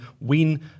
win